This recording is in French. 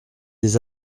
des